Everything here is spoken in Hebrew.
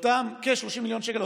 כ-30 מיליון שקל,